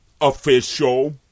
official